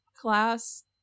class